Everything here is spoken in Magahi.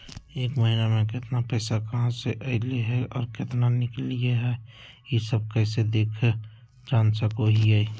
एक महीना में केतना पैसा कहा से अयले है और केतना निकले हैं, ई सब कैसे देख जान सको हियय?